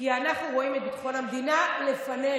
כי אנחנו רואים את ביטחון המדינה לפנינו.